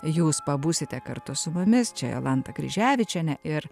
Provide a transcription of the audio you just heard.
jūs pabūsite kartu su mumis čia jolanta kryževičienė ir